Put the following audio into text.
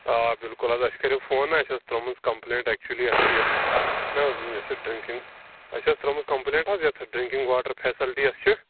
آ بِلکُل حظ اَسہِ کٔرٮ۪و فون نا اَسہِ اوس ترٛٲومٕژ کَمپُلینٛٹ ایٚکچُؤلی اَسہِ چھُ یَتھ نا یُس یہِ ڈرٛنٛکِنٛگ اَسہِ حظ ترٛٲومٕژ کَمپُلینٛٹ حظ یَتھ ڈرٛنٛکِنٛگ واٹر فیسَلٹی یۅس چھِ